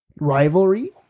rivalry